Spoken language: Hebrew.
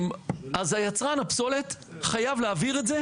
אז יצרן הפסולת חייב להעביר את זה.